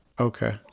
Okay